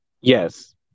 Yes